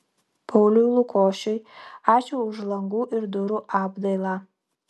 pauliui lukošiui ačiū už langų ir durų apdailą